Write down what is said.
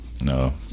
no